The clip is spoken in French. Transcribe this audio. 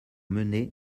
mené